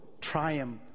triumph